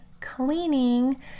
cleaning